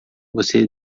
você